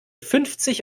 fünfzig